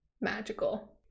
magical